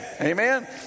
Amen